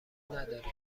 نداریم